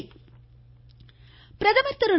பிரதமர் பிரதமர் திரு